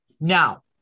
Now